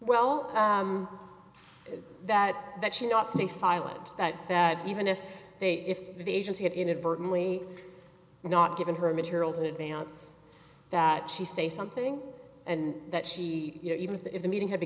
well that that should not stay silent that that even if they if the agency had inadvertently not given her materials in advance that she say something and that she you know even if the meeting had